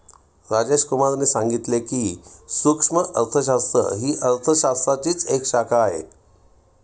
राजेश कुमार ने सांगितले की, सूक्ष्म अर्थशास्त्र ही अर्थशास्त्राचीच एक शाखा आहे